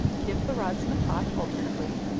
dip the rods in the pot, alternately,